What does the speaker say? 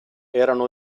erano